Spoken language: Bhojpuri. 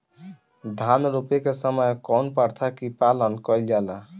धान रोपे के समय कउन प्रथा की पालन कइल जाला?